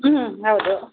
ಹ್ಞೂ ಹೌದು